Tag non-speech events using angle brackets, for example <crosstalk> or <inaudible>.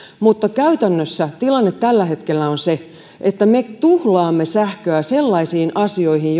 mutta käytännössä tilanne tällä hetkellä on se että me tuhlaamme sähköä sellaisiin asioihin <unintelligible>